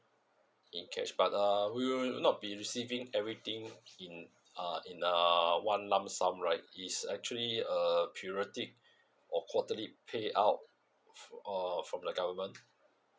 in cash but uh we will not be receiving everything in a in uh one lump sum right is actually a purity or quarterly pay out uh from the government